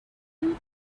you